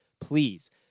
please